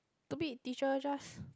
stupid teacher just